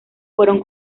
fueron